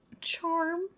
Charm